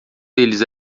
deles